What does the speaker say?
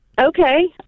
Okay